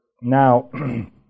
Now